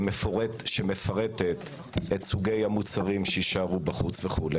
שמפרטת סוגי המוצרים שיישארו בחוץ וכו',